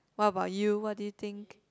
what about you what do you think